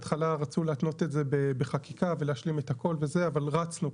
בהתחלה רצו להתנות את זה בחקיקה ולהשלים את הכל וזה אבל רצנו,